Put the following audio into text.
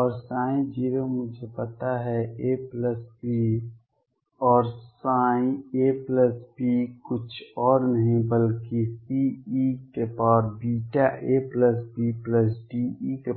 और ψ मुझे पता है AB और ψab कुछ और नहीं बल्कि CeβabDe